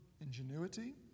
ingenuity